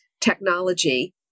technology